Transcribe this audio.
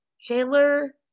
Chandler